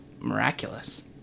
miraculous